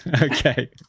Okay